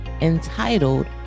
entitled